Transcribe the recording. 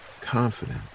confident